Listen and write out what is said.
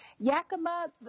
Yakima